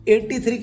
83